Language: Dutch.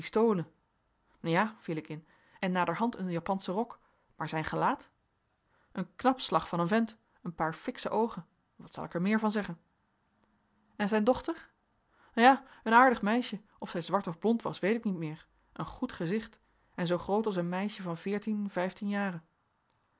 ja viel ik in en naderhand een japansche rok maar zijn gelaat een knap slag van een vent een paar fiksche oogen wat zal ik er meer van zeggen en zijn dochter ja een aardig meisje of zij zwart of blond was weet ik niet meer een goed gezicht en zoo groot als een meisje van veertien vijftien jaren